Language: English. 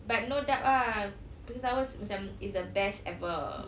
but no doubt ah princess hours macam is the best ever